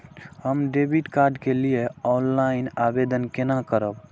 हम debit card के लिए ऑनलाइन आवेदन केना करब?